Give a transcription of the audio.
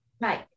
Right